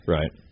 Right